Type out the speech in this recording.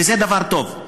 וזה דבר טוב,